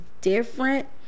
different